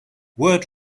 word